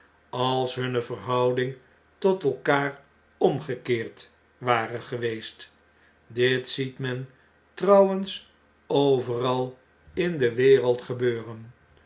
als hunne verhouding tot elkaar omgekeerd ware geweest dit ziet men trouwens overal in de wereld gebeuren